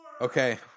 okay